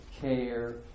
care